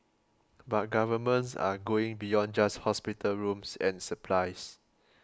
but governments are going beyond just hospital rooms and supplies